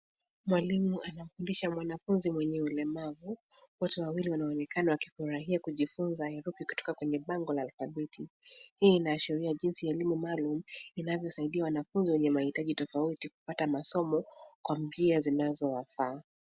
Mwalimu anamfundisha mwanafunzi mwenye ulemavu. Wote wawili wanaonekana wakifurahia kujifunza herufi kutoka kwenye bango la alfabeti. Hii inaashiria jinsi elimu maalum inavyosaidia wanafunzi wenye mahitaji tofauti kupata masomo kwa njia zinazowafaa.